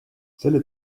selle